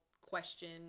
question